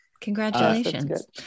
Congratulations